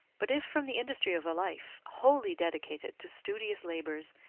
but if from the industry of a life wholly dedicated to studious labours,